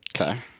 Okay